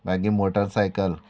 मागीर मोटरसायकल